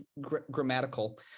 grammatical